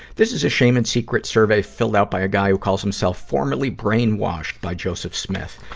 this is a shame and secret survey filled out by a guy who calls himself formerly brainwashed by joseph smith.